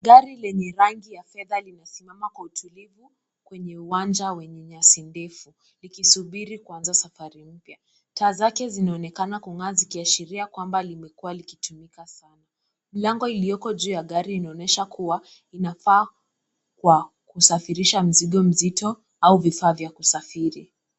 Gari lenye rangi ya fedha limesimama kwa utulivu kwenye uwanja wenye nyasi ndefu likisubiri kuanza safari mpya. Taa zake zinaonekana kung'aa zikiashiria kwamba limekua likitumika sana. Mlango ilioko juu ya gari inaonyesha kuwa inafaa kwa kusafirisha mizigo mizito au vifaa vya kusafiri.